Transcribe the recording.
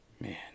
Man